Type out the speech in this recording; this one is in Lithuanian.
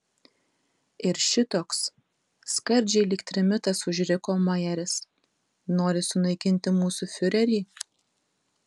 ir šitoks skardžiai lyg trimitas užriko majeris nori sunaikinti mūsų fiurerį